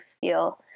feel